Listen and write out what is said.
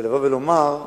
ולבוא ולומר: